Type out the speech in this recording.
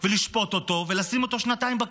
לשפוט אותו ולשים אותו בכלא שנתיים.